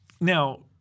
Now